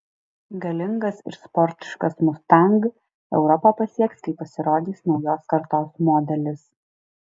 galingas ir sportiškas mustang europą pasieks kai pasirodys naujos kartos modelis